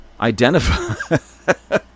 identify